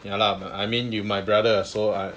ya lah but I mean you my brother so I